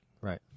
Right